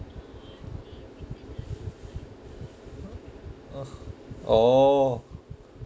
oh